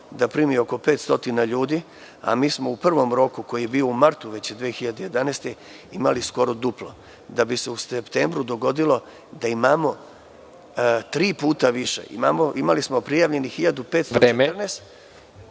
da primi 500 ljudi, a mi smo u prvom roku, koji je bio u martu 2011. godine, imali skoro duplo, da bi se u septembru dogodilo da imamo tri puta više. Imali smo prijavljenih 1514, a